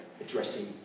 addressing